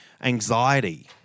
anxiety